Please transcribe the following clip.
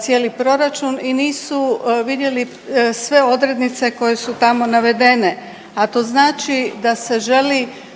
cijeli proračun i nisu vidjeli sve odrednice koje su tamo navedene, a to znači da se želi